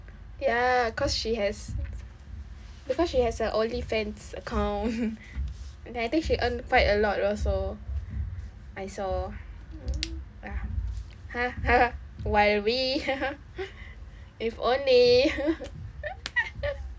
ya cause she has because she has an only fans account and I think she earns quite a lot also I saw ah while we if only